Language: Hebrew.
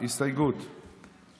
הסתייגות 16 לא נתקבלה.